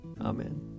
Amen